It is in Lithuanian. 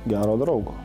gero draugo